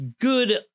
good